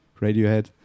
radiohead